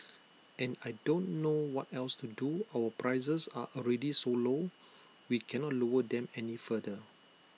and I don't know what else to do our prices are already so low we can not lower them any further